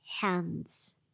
hands